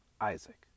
Isaac